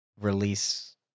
release